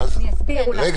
אין בעיה,